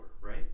right